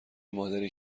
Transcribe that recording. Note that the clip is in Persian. مادری